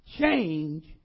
change